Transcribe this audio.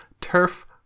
turf